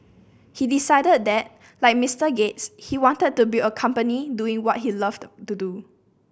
he decided that like Mister Gates he wanted to build a company doing what he loved to do